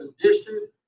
condition